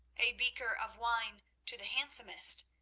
a beaker of wine to the handsomest,